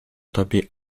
tobie